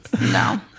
No